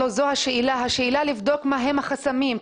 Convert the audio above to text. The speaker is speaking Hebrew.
לא זאת השאלה השאלה היא לבדוק מהם החסמים.